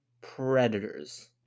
Predators